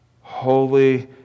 holy